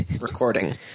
recording